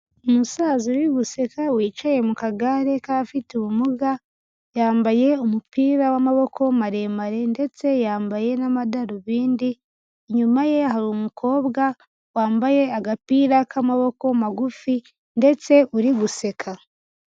Umusaza uri guseka wicaye mu kagare k'abafite ubumuga yambaye umupira w'amaboko maremare ndetse yambaye n'amadarubindi inyuma ye harumuntu w'umukobwa wambaye agapira k'amaboko magufi ndetse uri guseka.